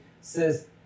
says